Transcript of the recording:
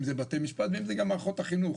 אם זה בתי משפט ואם זה גם מערכות החינוך.